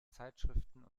zeitschriften